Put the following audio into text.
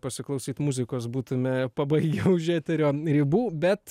pasiklausyt muzikos būtume pabaigę už eterio ribų bet